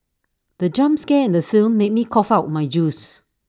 the jump scare in the film made me cough out my juice